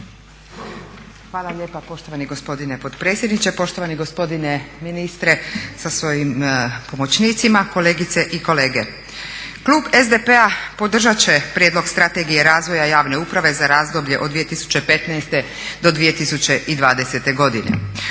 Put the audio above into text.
Hvala lijepa poštovani gospodine potpredsjedniče, poštovani gospodine ministre sa svojim pomoćnicima, kolegice i kolege. Klub SDP-a podržat će Prijedlog strategije razvoja javne uprave za razdoblje od 2015. do 2020. godine.